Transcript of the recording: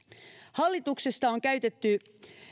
hallituksesta on käytetty